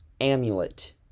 Amulet